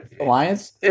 alliance